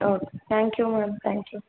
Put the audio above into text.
okay thank you ma'am thank you